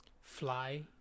fly